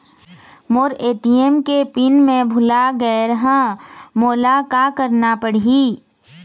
मोर ATM के PIN मैं भुला गैर ह, मोला का करना पढ़ही?